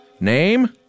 Name